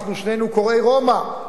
אנחנו שנינו קוראי רומא: